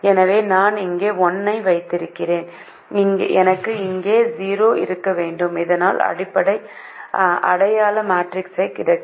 எனவே நான் இங்கே 1 ஐ வைத்திருக்க வேண்டும் எனக்கு இங்கே 0 இருக்க வேண்டும் இதனால் அடையாள மேட்ரிக்ஸ் கிடைக்கும்